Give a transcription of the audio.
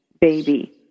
baby